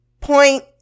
point